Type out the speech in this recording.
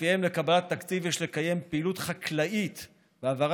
שלפיהם לקבלת התקציב יש לקיים פעילות חקלאית ולהעביר